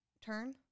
turn